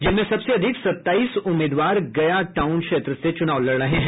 जिनमें सबसे अधिक सताईस उम्मीदवार गया टाउन क्षेत्र से चुनाव लड़ रहे हैं